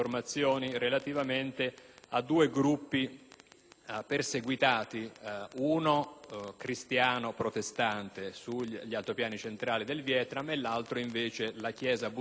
gruppi perseguitati: il primo, cristiano protestante, sugli altopiani centrali del Vietnam; il secondo è la Chiesa buddista unificata non riconosciuta dal Governo di Hanoi.